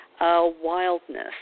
Wildness